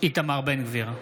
איתמר בן גביר,